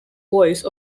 voice